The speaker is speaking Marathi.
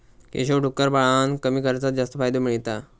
केशव डुक्कर पाळान कमी खर्चात जास्त फायदो मिळयता